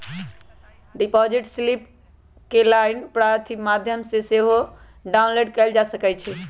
deposit slip केंऑनलाइन माध्यम से सेहो डाउनलोड कएल जा सकइ छइ